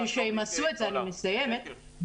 --- אני מסיימת,